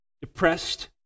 depressed